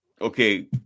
Okay